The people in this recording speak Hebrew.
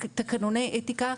של תקנוני אתיקה,